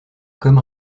comme